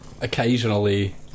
Occasionally